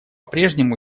прежнему